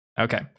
Okay